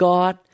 God